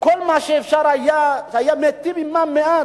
כל מה שאפשר היה, והיה מטיב עמם מעט.